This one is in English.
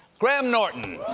graham norton.